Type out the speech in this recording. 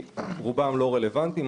רוב התחומים לא רלוונטיים לדיון,